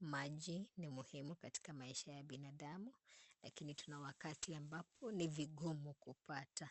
Maji ni muhimu katika maisha ya binadamu, lakini tuna wakati ambapo, ni vigumu kupata.